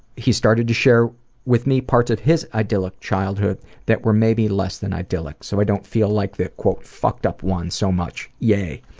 he started to share with me parts of his idyllic childhood that were maybe less than idyllic so i don't feel like the fucked up one so much. yay!